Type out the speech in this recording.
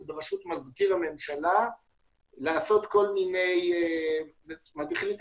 בראשות מזכיר הממשלה לעשות כל מיני תכניות,